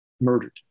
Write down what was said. murdered